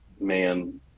man